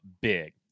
big